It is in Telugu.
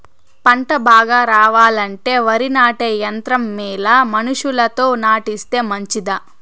పంట బాగా రావాలంటే వరి నాటే యంత్రం మేలా మనుషులతో నాటిస్తే మంచిదా?